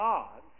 God